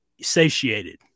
satiated